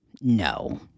No